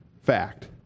fact